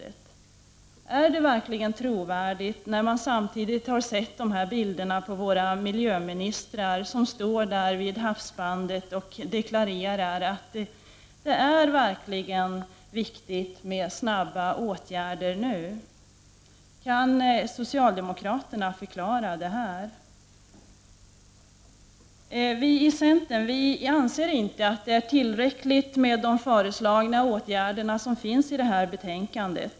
Är detta agerande verkligen trovärdigt, med tanke på de bilder vi har sett på våra miljöministrar när de står vid havsbandet och deklarerar att det verkligen är viktigt med snabba åtgärder nu? Kan socialdemokraterna förklara detta? Vi i centern anser inte att de i betänkandet föreslagna åtgärderna är tillräckliga.